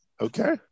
Okay